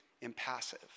impassive